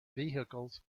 vehicles